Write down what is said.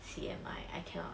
C_M_I I cannot